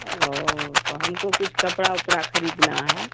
او ہو تو ہم کو کچھ کپڑا وپڑا خریدنا ہے